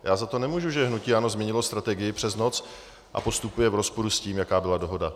Já za to nemůžu, že hnutí ANO změnilo strategii přes noc a postupuje v rozporu s tím, jaká byla dohoda.